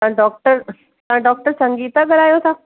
तव्हां डॉक्टर तव्हां डॉक्टर संगीता ॻाल्हायो था